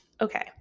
Okay